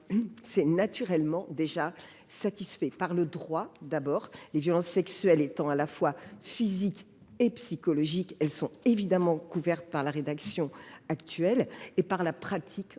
est naturellement déjà satisfaite. Par le droit, d’abord : les violences sexuelles étant à la fois physiques et psychologiques, elles sont évidemment couvertes par la rédaction actuelle du code civil.